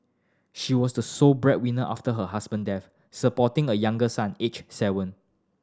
she was the sole breadwinner after her husband death supporting a younger son aged seven